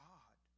God